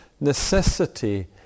necessity